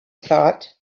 thought